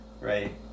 right